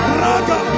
raga